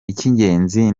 icy’ingenzi